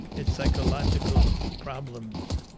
its psychological problems